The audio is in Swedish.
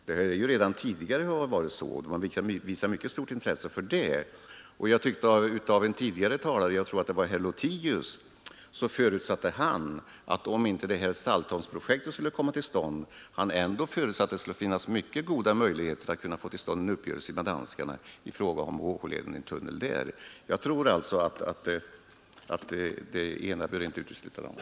Och en tidigare talare — jag tror att det var herr Lothigius — förutsatte att även om inte Saltholmsprojektet skulle bli förverkligat, skulle det finnas mycket god möjlighet till en uppgörelse med danskarna i fråga om en tunnel i HH-leden.